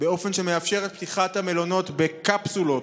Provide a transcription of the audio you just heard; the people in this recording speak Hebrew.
באופן שמאפשר את פתיחת המלונות בקפסולות,